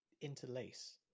interlace